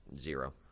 Zero